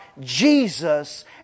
Jesus